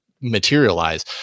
materialize